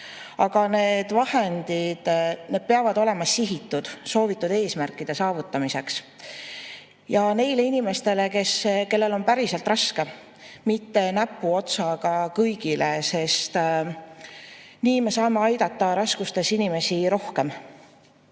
Aga need vahendid peavad olema sihitud soovitud eesmärkide saavutamiseks ja neile inimestele, kellel on päriselt raske, mitte näpuotsaga kõigile, sest nii me saame aidata raskustes inimesi rohkem.